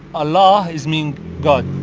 allah is mean but